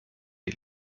die